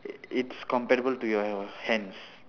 it's comparable to your hands